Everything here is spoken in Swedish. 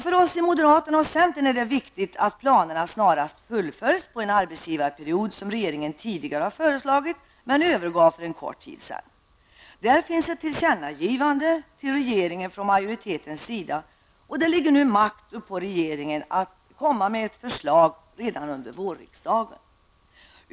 För oss moderater och för centern är det viktigt att planerna på att införa en arbetsgivarperiod snarast fullföljs såsom regeringen tidigare föreslagit, men som man övergav för en kort tid sedan. Där finns ett tillkännagivande till regeringen från majoritetens sida, och det ligger nu makt uppå att regeringen kommer med ett förslag redan under vårriksdagen.